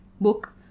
book